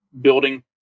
building